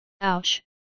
Ouch